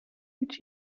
which